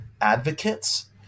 advocates